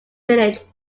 village